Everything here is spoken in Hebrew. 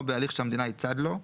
או בהליך שהמדינה היא צד לו,